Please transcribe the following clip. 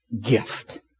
gift